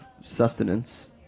sustenance